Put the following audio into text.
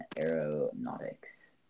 Aeronautics